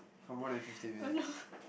more than fifteen minutes